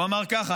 הוא אמר ככה,